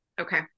okay